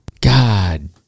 God